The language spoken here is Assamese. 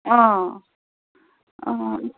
অঁ অঁ